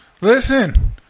Listen